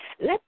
let